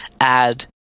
Add